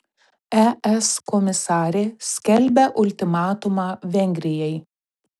es komisarė skelbia ultimatumą vengrijai